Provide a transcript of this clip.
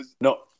No